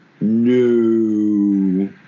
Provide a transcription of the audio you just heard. No